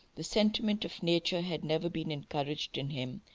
the sentiment of nature had never been encouraged in him,